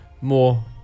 more